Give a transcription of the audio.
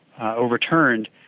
overturned